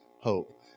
hope